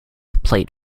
played